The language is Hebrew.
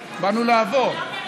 היושבת-ראש,